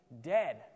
dead